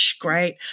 great